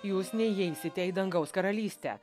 jūs neįeisite į dangaus karalystę